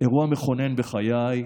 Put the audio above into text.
אירוע מכונן בחיי,